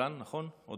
עוד לא מונית לשרה.